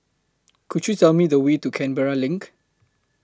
Could YOU Tell Me The Way to Canberra LINK